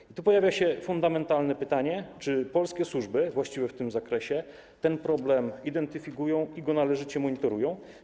I tu pojawia się fundamentalne pytanie: Czy polskie służby właściwe w tym zakresie ten problem identyfikują i go należycie monitorują?